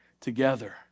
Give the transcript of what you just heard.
together